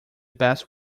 best